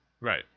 Right